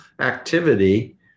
activity